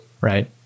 right